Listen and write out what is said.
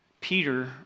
Peter